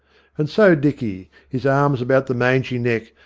and so dicky, his arms about the mangy neck,